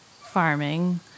farming